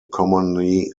commonly